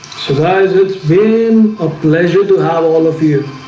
sir sighs it's been a pleasure to have all of you